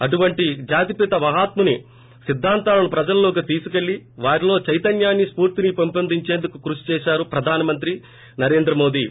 అటువంటి జాతిపిత మహాత్ముని సిద్దాంతాలను ప్రజల్లోకి తీసుకెళ్ళి వారిలో చైతన్యాన్ని స్పూర్దిని పెంపొందించేందుకు కృషి చేశారు ప్రధాన మంత్రి నరేంద్ర మోదీ